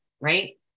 right